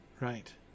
right